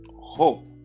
hope